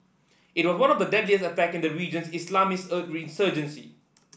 it was one of the deadliest attack in the region's Islamist insurgency